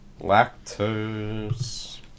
Lactose